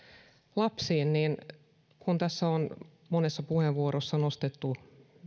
lapsiin kun tässä on monessa puheenvuorossa nostettu